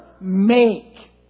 Make